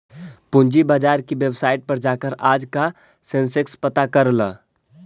पूंजी बाजार की वेबसाईट पर जाकर आज का सेंसेक्स पता कर ल